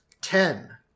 Ten